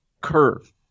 curve